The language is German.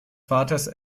vaters